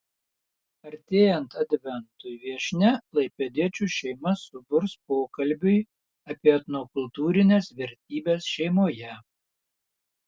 artėjant adventui viešnia klaipėdiečių šeimas suburs pokalbiui apie etnokultūrines vertybes šeimoje